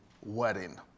wedding